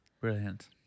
Brilliant